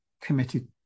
committed